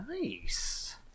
Nice